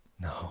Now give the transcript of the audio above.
No